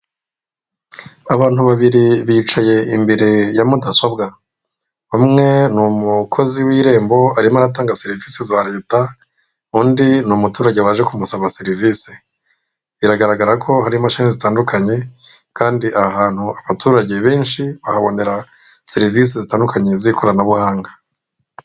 Abantu babiri bicaye imbere ya mudasobwa umwe ni umukozi w'irembo arimo aratanga serivise za leta, undi ni umuturage waje kumusaba serivise, biragaragara ko harimo calenje zitandukanye kandi aha hantu abaturage benshi bahabonera serivise zitandukanye z'ikoranabuhanga.